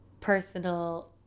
personal